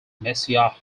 messiah